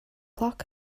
cloc